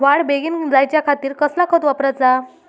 वाढ बेगीन जायच्या खातीर कसला खत वापराचा?